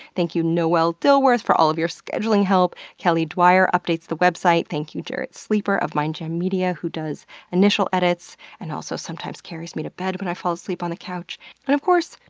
thank you, noel dilworth, for all of your scheduling help. kelly dwyer updates the website. thank you, jarrett sleeper of mindjam media, who does initial edits and also sometimes carries me to bed when i fall asleep on the couch. and of course,